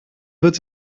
wird